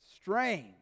Strange